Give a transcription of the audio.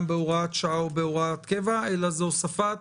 בהוראת שעה או בהוראת קבע אלא זה הוספת